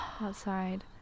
outside